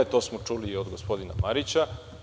To smo čuli od gospodina Marića.